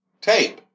tape